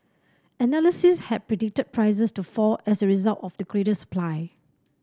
analysts had predicted prices to fall as a result of the greater supply